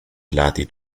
πλάτη